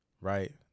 right